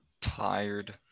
Tired